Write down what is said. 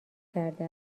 کرده